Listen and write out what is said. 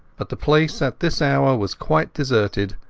but the place at this hour was quite deserted,